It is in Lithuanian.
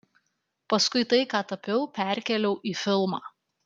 paskui tai ką tapiau perkėliau į filmą